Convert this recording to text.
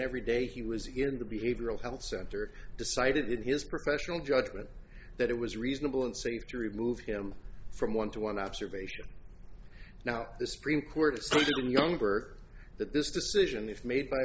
every day he was in the behavioral health center decided in his professional judgment that it was reasonable and safe to remove him from one to one observation now the supreme court says the younger that this decision is made by